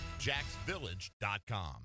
jacksvillage.com